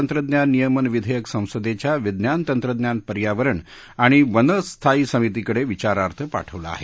तंत्रज्ञान नियमन विधेयक संसदेच्या विज्ञान तंत्रज्ञान पर्यावरण आणि वन स्थायी समितीकडे विचारार्थ पाठवलं आहे